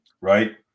right